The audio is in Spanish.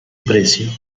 precio